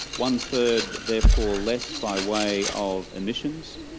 one-third therefore less by way of emissions,